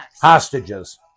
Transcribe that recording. Hostages